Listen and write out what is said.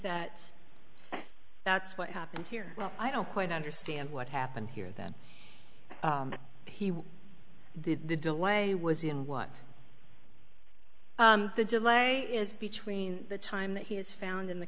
that that's what happened here well i don't quite understand what happened here that he did the delay was in what the july is between the time that he is found in the